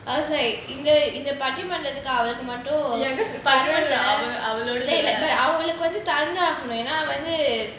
I was like இந்த இந்த பட்டிமன்றத்துக்கு அவளை மட்டும்:intha intha pattimandrathuku avalai mattum like I will அவளுக்கு வந்து தந்தாகணும் ஏனா வந்து:avaluku vanthu thanthaganum yaenaa vanthu